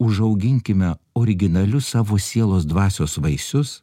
užauginkime originalius savo sielos dvasios vaisius